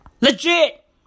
Legit